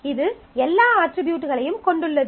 இது எல்லா அட்ரிபியூட்களையும் கொண்டுள்ளது